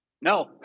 No